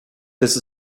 this